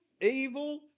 evil